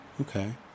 okay